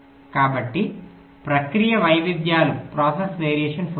కాబట్టి ప్రక్రియ వైవిధ్యాలు ఉంటాయి